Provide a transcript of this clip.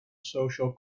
social